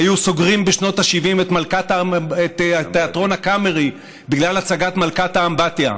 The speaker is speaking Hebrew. היו סוגרים בשנות ה-70 את תיאטרון הקאמרי בגלל ההצגה מלכת אמבטיה,